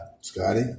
Scotty